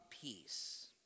peace